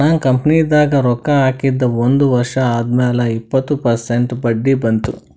ನಾ ಕಂಪನಿದಾಗ್ ರೊಕ್ಕಾ ಹಾಕಿದ ಒಂದ್ ವರ್ಷ ಆದ್ಮ್ಯಾಲ ಇಪ್ಪತ್ತ ಪರ್ಸೆಂಟ್ ಬಡ್ಡಿ ಬಂತ್